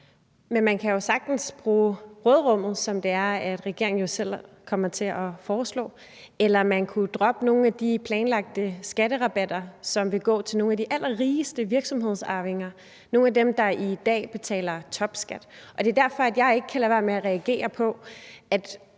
Men man kan jo sagtens bruge råderummet, som regeringen jo selv kommer til at foreslå. Eller man kunne droppe nogle af de planlagte skatterabatter, som vil gå til nogle af de allerrigeste virksomhedsarvinger – nogle af dem, der i dag betaler topskat. Det er derfor, at jeg ikke kan lade være med at reagere på,